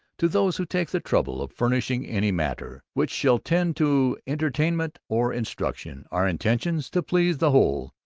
to those who take the trouble of furnishing any matter which shall tend to entertainment or instruction. our intentions to please the whole,